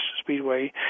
Speedway